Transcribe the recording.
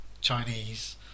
Chinese